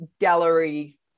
gallery